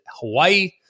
Hawaii